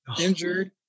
injured